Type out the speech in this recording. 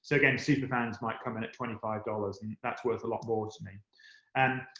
so again, superfans might come in at twenty five dollars and that's worth a lot more to me. and